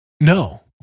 No